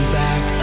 back